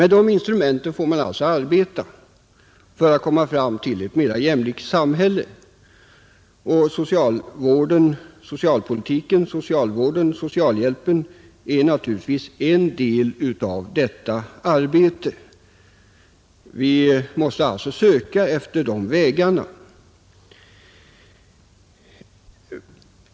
De instrumenten får vi arbeta med för att nå fram till ett mera jämlikt samhälle, och socialpolitiken, socialvården och socialhjälpen är en del i det arbetet. Vi måste söka oss fram efter de vägarna.